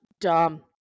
dumb